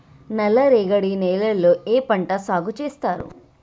నల్లరేగడి నేలల్లో ఏ పంట సాగు చేస్తారు?